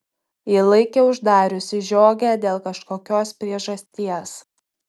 ji laikė uždariusi žiogę dėl kažkokios priežasties